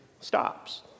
stops